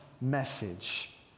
message